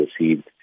received